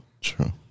True